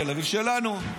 תל-אביב שלנו.